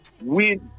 win